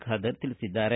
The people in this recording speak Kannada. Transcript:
ಖಾದರ್ ತಿಳಿಸಿದ್ದಾರೆ